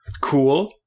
cool